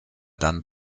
dann